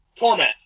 torment